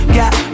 got